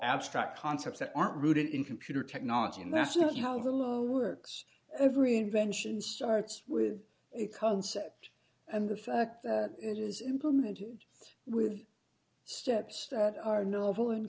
abstract concepts that aren't rooted in computer technology and that's not how the law works every invention starts with a concept and the fact that it is implemented with steps that are novel in